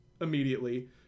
immediately